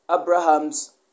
Abraham's